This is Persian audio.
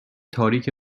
تاریک